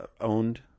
owned